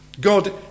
God